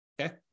Okay